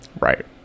right